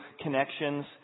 connections